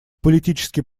политический